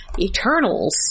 Eternals